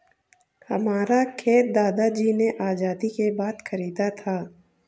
हमारा खेत दादाजी ने आजादी के बाद खरीदा था